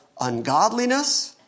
ungodliness